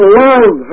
love